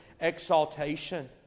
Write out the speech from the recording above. exaltation